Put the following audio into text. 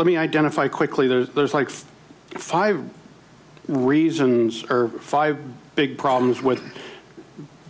let me identify quickly there's like five reasons or five big problems with